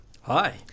Hi